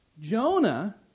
Jonah